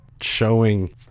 showing